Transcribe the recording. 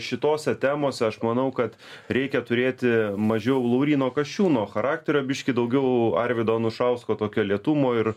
šitose temose aš manau kad reikia turėti mažiau lauryno kasčiūno charakterio biškį daugiau arvydo anušausko tokio lėtumo ir